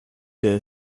der